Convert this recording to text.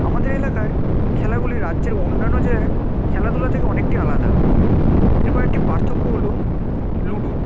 আমাদের এলাকায় খেলাগুলি রাজ্যের অন্যান্য যে খেলাধূলা থেকে অনেকটাই আলাদা এর কয়েকটি পার্থক্য হলো লুডো